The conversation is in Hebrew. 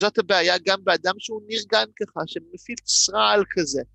זאת הבעיה גם באדם שהוא נרגן ככה, שמפיץ רעל כזה.